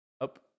up